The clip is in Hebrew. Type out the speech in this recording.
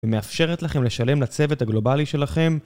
ומאפשרת לכם לשלם לצוות הגלובלי שלכם.